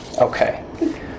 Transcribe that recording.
Okay